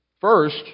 First